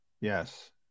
yes